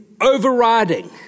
overriding